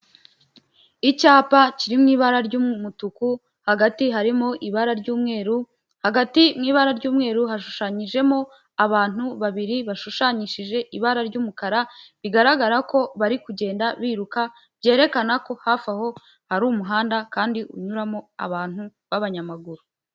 Icyapa kiri mu ibara ry'umutuku hagati harimo ibara ry'umweru, hagati mu ibara ry'umweru hashushanyijemo abantu babiri bashushanyishije ibara ry'umukara, bigaragara ko bari kugenda biruka, byerekana ko hafi aho hari umuhanda kandi unyuramo abantu b'abanyamaguru.